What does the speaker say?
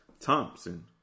Thompson